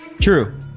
True